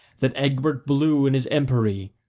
that egbert blew in his empery,